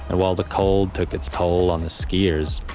and while the cold took its toll on the skiers,